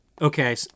okay